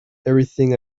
everything